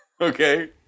Okay